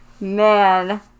man